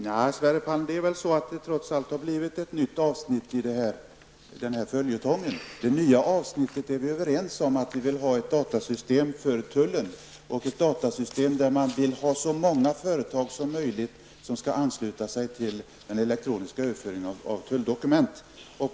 Fru talman! Det är väl snarare så, Sverre Palm, att det har blivit ett nytt avsnitt i den här följetongen. I det nya avsnittet är vi överens om att vi vill ha ett datasystem för tullen, ett system med så många företag som möjligt som är anslutna till den elektroniska överföringen av tulldokument.